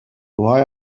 why